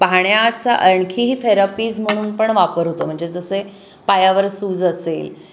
पहाण्याचा आणखीही थेरापीज म्हणून पण वापर होतो म्हणजे जसे पायावर सूज असेल